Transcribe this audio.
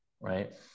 right